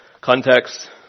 context